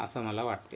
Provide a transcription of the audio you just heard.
असं मला वाटते